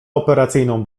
operacyjną